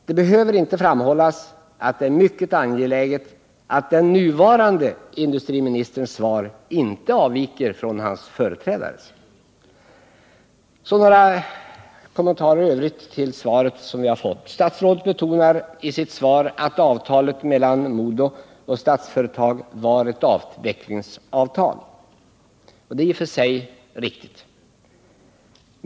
Det behöver inte framhållas att det är mycket angeläget att den nuvarande industriministerns svar inte avviker från hans företrädares. Så några kommentarer i övrigt till det svar jag har fått. Statsrådet betonar i sitt svar att avtalet mellan MoDo och Statsföretag var ett avvecklingsavtal. Det är i och för sig riktigt.